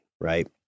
right